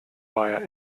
via